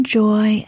joy